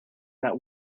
that